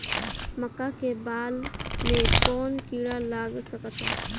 मका के बाल में कवन किड़ा लाग सकता?